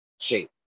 shape